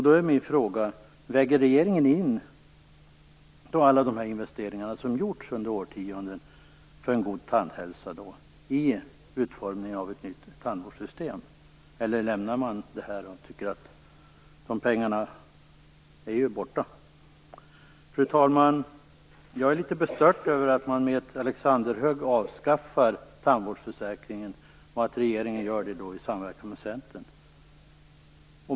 Då är min fråga: Väger regeringen in alla de investeringar som under årtionden gjorts för en god tandhälsa vid utformningen av det nya tandvårdssystemet, eller lämnar man dessa och tycker att de pengarna är borta? Fru talman! Jag blir litet bestört över att man med alexanderhugg avskaffar tandvårdsförsäkringen och att regeringen gör det i samverkan med Centern.